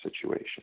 situation